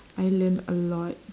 I learn a lot